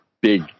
big